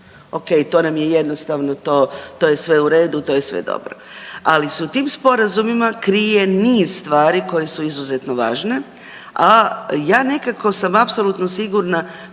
ok to nam je jednostavno to je sve u redu, to je sve dobro. Ali se u tim sporazumima krije niz stvari koje su izuzetno važne, a ja nekako sam apsolutno sigurna